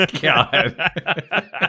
God